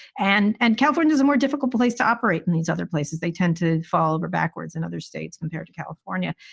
and and california's a more difficult place to operate in these other places. they tend to fall over backwards in and other states compared to california.